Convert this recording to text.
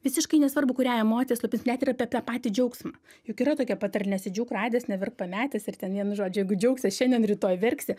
visiškai nesvarbu kurią emociją slopins net ir apie patį džiaugsmą juk yra tokia patarlė nesidžiauk radęs neverk pametęs ir ten vienu žodžiu jeigu džiaugsies šiandien rytoj verksi